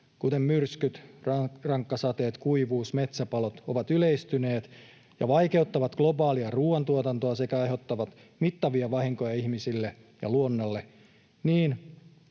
kuten myrskyt, rankkasateet, kuivuus ja metsäpalot, ovat yleistyneet ja vaikeuttavat globaalia ruuantuotantoa sekä aiheuttavat mittavia vahinkoja ihmisille ja luonnolle,